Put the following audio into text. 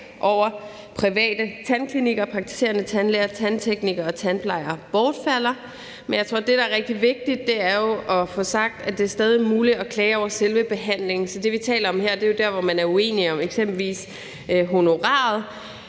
over private tandklinikker og praktiserende tandlæger, tandteknikere og tandplejere bortfalder. Men jeg tror, at det, der er rigtig vigtigt at få sagt, er, at det stadig er muligt at klage over selve behandlingen. Så det, vi taler om her, er der, hvor man er uenig om eksempelvis honoraret,